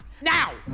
now